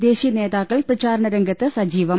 ദേശീയ നേതാക്കൾ പ്രചാരണ രംഗത്ത് സജീവം